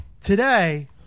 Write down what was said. today